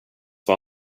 var